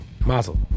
Mazel